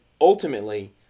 ultimately